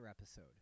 episode